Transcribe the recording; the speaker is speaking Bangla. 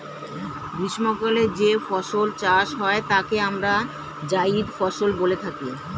গ্রীষ্মকালে যে ফসল চাষ হয় তাকে আমরা জায়িদ ফসল বলে থাকি